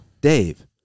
Dave